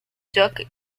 joke